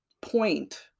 point